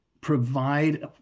provide